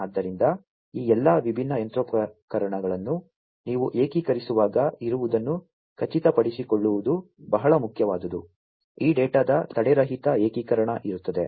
ಆದ್ದರಿಂದ ಈ ಎಲ್ಲಾ ವಿಭಿನ್ನ ಯಂತ್ರೋಪಕರಣಗಳನ್ನು ನೀವು ಏಕೀಕರಿಸುವಾಗ ಇರುವುದನ್ನು ಖಚಿತಪಡಿಸಿಕೊಳ್ಳುವುದು ಬಹಳ ಮುಖ್ಯವಾದುದು ಈ ಡೇಟಾದ ತಡೆರಹಿತ ಏಕೀಕರಣ ಇರುತ್ತದೆ